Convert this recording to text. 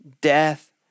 death